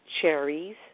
cherries